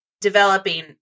developing